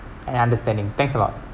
and understanding thanks a lot